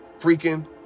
freaking